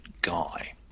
guy